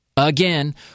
Again